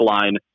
line